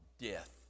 death